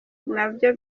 nabyo